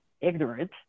ignorant